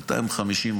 250,